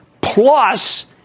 plus